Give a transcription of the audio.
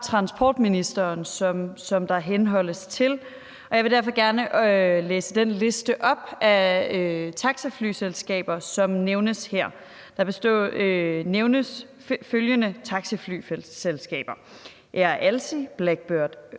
transportministeren, som der henholdes til. Jeg vil derfor gerne læse den liste op af taxaflyselskaber, som nævnes her. Der nævnes følgende taxaflyselskaber: Air Alsie,